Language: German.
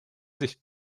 sich